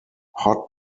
hot